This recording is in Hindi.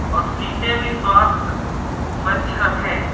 और सीटें भी स्वास्थ्य स्वच्छ रखें